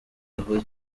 aho